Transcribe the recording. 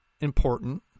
important